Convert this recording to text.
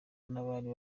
n’abari